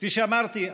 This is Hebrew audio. כפי שאמרתי,